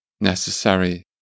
necessary